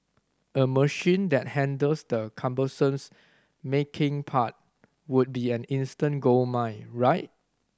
a machine that handles the cumbersome's making part would be an instant goldmine right